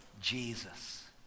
Jesus